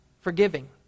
forgiving